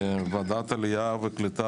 ועדת העלייה והקליטה